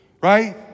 right